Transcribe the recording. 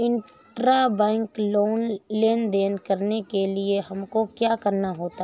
Intrabank लेन देन करने के लिए हमको क्या करना होता है?